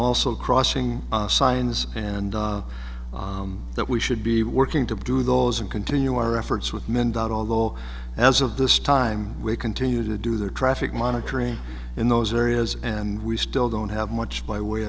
also crossing signs and that we should be working to do those and continue our efforts with mendota although as of this time we continue to do the traffic monitoring in those areas and we still don't have much by way